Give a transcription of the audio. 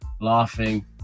laughing